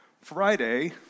Friday